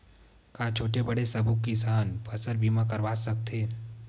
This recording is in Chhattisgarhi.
का छोटे बड़े सबो किसान फसल बीमा करवा सकथे?